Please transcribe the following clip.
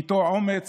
/ איתו האומץ